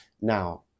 Now